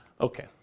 Okay